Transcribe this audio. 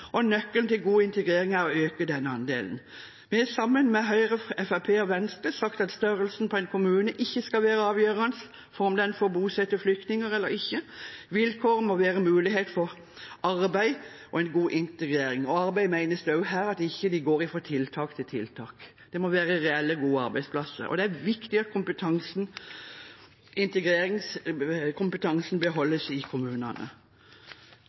og nøkkelen til god integrering er å øke denne andelen. Vi har sammen med Høyre, Fremskrittspartiet og Venstre sagt at størrelsen på en kommune ikke skal være avgjørende for om den får bosette flyktninger eller ikke. Vilkårene må være mulighet for arbeid og en god integrering. Med arbeid menes det her at de ikke går fra tiltak til tiltak, det må være reelle, gode arbeidsplasser. Det er viktig at integreringskompetansen beholdes i kommunene.